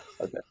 Okay